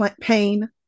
pain